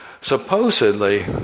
Supposedly